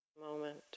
moment